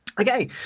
Okay